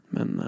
Men